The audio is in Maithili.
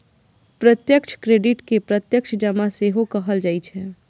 प्रत्यक्ष क्रेडिट कें प्रत्यक्ष जमा सेहो कहल जाइ छै